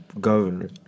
governor